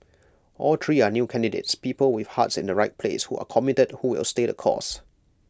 all three are new candidates people with hearts in the right place who are committed who will stay the course